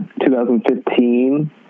2015